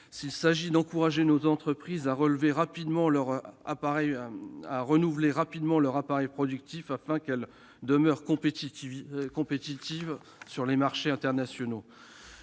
Il s'agit d'encourager nos entreprises à renouveler rapidement leur appareil productif, afin qu'elles demeurent compétitives sur les marchés internationaux.